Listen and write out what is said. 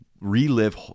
Relive